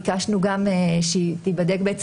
ביקשנו גם שזה ייבדק,